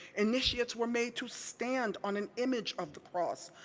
initiates were made to stand on an image of the cross,